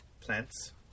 plants